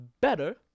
better